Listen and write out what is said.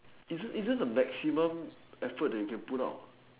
isn't isn't the maximum effort that you can put out